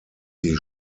die